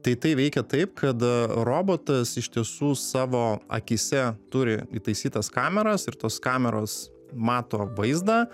tai tai veikia taip kad robotas iš tiesų savo akyse turi įtaisytas kameras ir tos kameros mato vaizdą